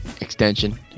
extension